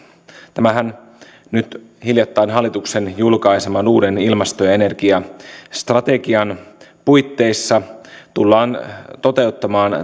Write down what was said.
tämähän nyt hiljattain hallituksen julkaiseman uuden ilmasto ja ja energia strategian puitteissa tullaan toteuttamaan